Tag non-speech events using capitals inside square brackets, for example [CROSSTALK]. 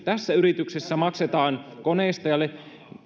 [UNINTELLIGIBLE] tässä yrityksessä maksetaan koneistajalle